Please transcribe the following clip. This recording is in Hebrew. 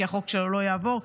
כי החוק שלו לא יעבור,